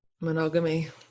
Monogamy